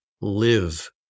live